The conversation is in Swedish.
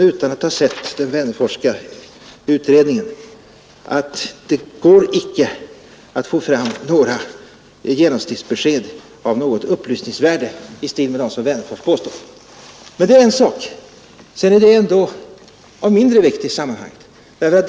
Utan att ha sett den Wennerforsska utredningen vågar jag hävda att det inte går att få fram genomsnittsbesked av något upplysningsvärde om hur stor del av totalkostnaderna som markpriserna utgör. Detta är emellertid av mindre vikt i sammanhanget.